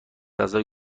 اعضای